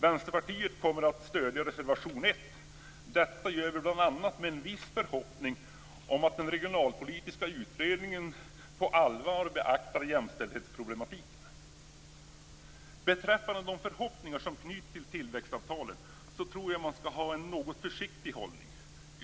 Vänsterpartiet kommer att stödja reservation 1. Detta gör vi bl.a. med en viss förhoppning om att den regionalpolitiska utredningen på allvar beaktar jämställdhetsproblematiken. Beträffande de förhoppningar som knyts till tillväxtavtalen tror jag att man skall ha en något försiktig hållning.